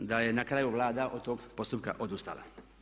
Da je na kraju Vlada od tog postupka odustala.